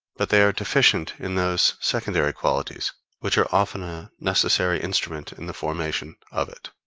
but they are deficient in those secondary qualities which are often a necessary instrument in the formation of it.